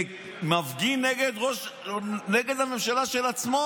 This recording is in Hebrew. אמרתי שאני לא מכיר ראש ממשלה שמפגין נגד הממשלה של עצמו.